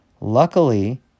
Luckily